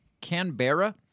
canberra